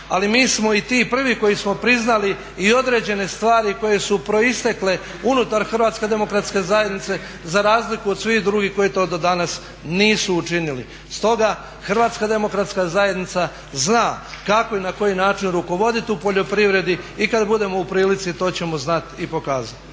Ali mi smo i ti prvi koji smo priznali i određene stvari koje su proistekle unutar Hrvatske demokratske zajednice za razliku od svih drugih koji to do danas nisu učinili. Stoga Hrvatska demokratska zajednica zna kako i na koji način rukovodit u poljoprivredi i kad budemo u prilici to ćemo znati i pokazati.